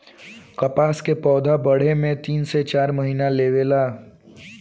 कपास के पौधा बढ़े में तीन से चार महीना लेवे ला